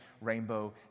rainbow